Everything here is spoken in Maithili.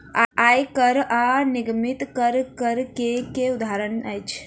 आय कर आ निगमित कर, कर के उदाहरण अछि